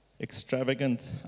Extravagant